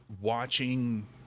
watching